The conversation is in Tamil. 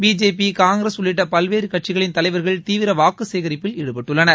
பிஜேபி காங்கிரஸ் உள்ளிட்ட பல்வேறு கட்சிகளின் தலைவர்கள் தீவிர வாக்கு சேகிப்பில் ஈடுபட்டுள்ளனர்